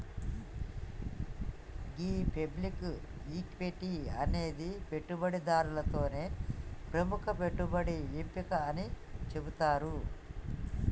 గీ public equity అనేది పెట్టుబడిదారులతో ప్రముఖ పెట్టుబడి ఎంపిక అని సెబుతారు